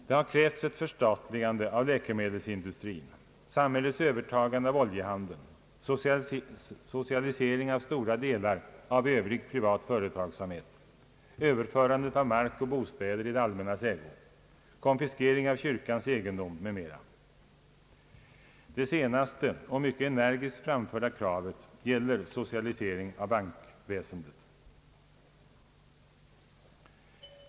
Det har krävts ett förstatligande av läkemedelsindustrin, samhällets Öövertagande av oljehandeln, socialisering av stora delar av övrig privat företagsamhet, överförandet av mark och bostäder i det allmännas ägo, konfiskering av kyrkans egendom m.m. Det senaste och mycket energiskt framförda kravet gäller socialisering av bankväsendet.